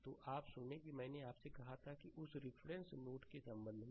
तो आप सुनें कि मैंने आपसे कहा था कि उस रिफरेंस नोड के संबंध में